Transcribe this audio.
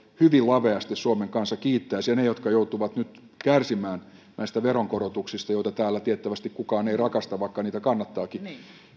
hyvin laveasti suomen kansa kiittäisi ja niille jotka joutuvat nyt kärsimään näistä veronkorotuksista joita täällä tiettävästi kukaan ei rakasta vaikka niitä kannattaakin